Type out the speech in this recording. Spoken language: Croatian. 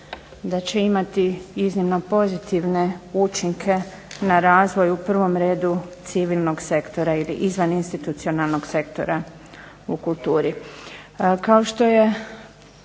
da će imati iznimno pozitivne učinke na razvoj u prvom redu civilnog sektora ili izvan institucionalnog sektora u kulturi.